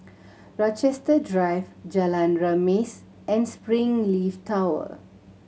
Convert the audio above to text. Rochester Drive Jalan Remis and Springleaf Tower